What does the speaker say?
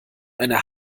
eine